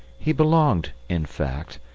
he belonged, in fact,